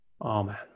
amen